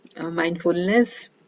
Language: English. mindfulness